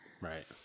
Right